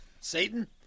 Satan